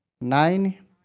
nine